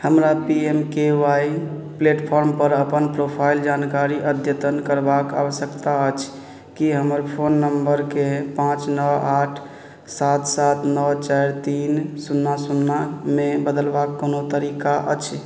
हमरा P M K V Y प्लेटफॉर्मपर अपन प्रोफाइल जानकारी अद्यतन करबाक आवश्यकता अछि कि हमर फोन नम्बरकेँ पाँच नओ आठ सात सात नओ चारि तीन सुन्ना सुन्नामे बदलबाक कोनो तरीका अछि